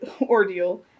ordeal